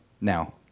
now